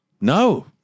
No